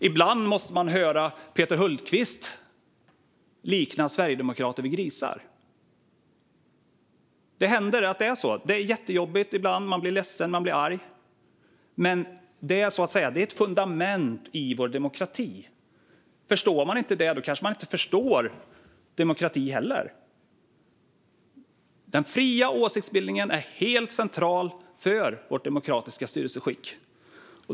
Ibland måste man höra Peter Hultqvist likna sverigedemokrater vid grisar. Sådant händer. Det är jättejobbigt ibland, och man blir ledsen och arg, men det är ett fundament i vår demokrati. Förstår man inte detta kanske man inte förstår demokrati heller? Den fria åsiktsbildningen är helt central för vårt demokratiska styrelseskick.